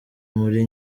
muri